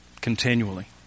continually